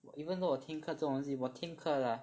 even though 我听课这种东西我听课 lah